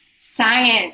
Science